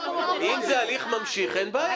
--- אם זה הליך ממשיך, אין בעיה.